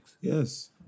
Yes